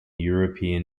european